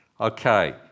Okay